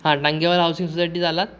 हां टांगेवाला हाऊसिंग सोसायटीत आलात